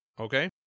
okay